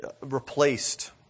replaced